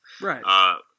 Right